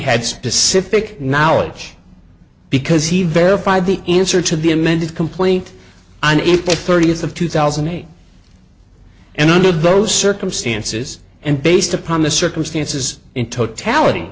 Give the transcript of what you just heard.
had specific knowledge because he verified the answer to the amended complaint on april thirtieth of two thousand and eight and under those circumstances and based upon the circumstances in totality